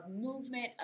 movement